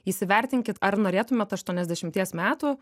įsivertinkit ar norėtumėt aštuoniasdešimties metų